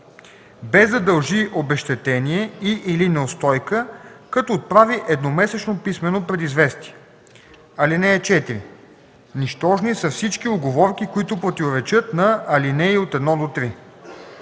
без да дължи обезщетение и/или неустойка, като отправи едномесечно писмено предизвестие. (4) Нищожни са всички уговорки, които противоречат на ал. 1-3.”